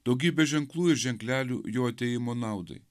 daugybė ženklų ir ženklelių jo atėjimo naudai